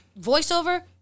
voiceover